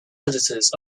editors